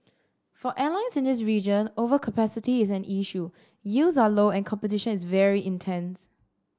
for airlines in this region overcapacity is an issue yields are low and competition is very intense